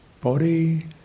body